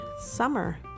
summer